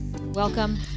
Welcome